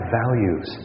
values